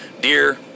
Deer